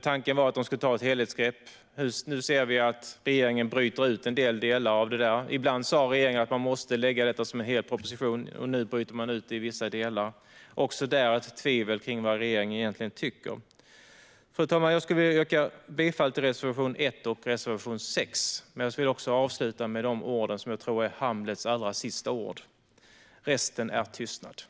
Tanken var att de skulle ta ett helhetsgrepp, och nu ser vi att regeringen bryter ut delar av detta. Ibland sa regeringen att man måste lägga fram detta som en hel proposition, och nu bryter man ut det i vissa delar. Också där finns det tvivel kring vad regeringen egentligen tycker. Fru talman! Jag yrkar bifall till reservation 1 och reservation 6. Jag vill avsluta med de ord jag tror är Hamlets allra sista: Resten är tystnad.